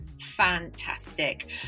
Fantastic